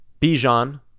Bijan